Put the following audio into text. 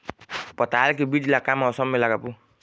पताल के बीज ला का मौसम मे लगाबो?